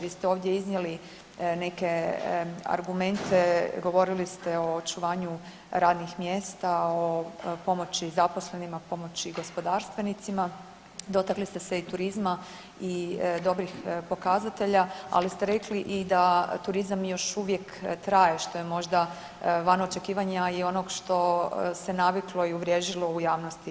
Vi ste ovdje iznijeli neke argumente, govorili ste o očuvanju radnih mjesta, o pomoći zaposlenima, pomoći gospodarstvenicima, dotakli ste se i turizma i dobrih pokazatelja, ali ste rekli i turizam i još uvijek traje, što je možda van očekivanja i onog što se naviklo i uvriježilo u javnosti.